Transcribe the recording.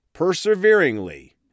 Perseveringly